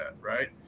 right